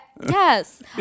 Yes